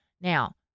Now